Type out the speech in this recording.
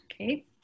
Okay